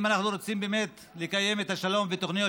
אם אנחנו רוצים באמת לקיים את השלום ותוכניות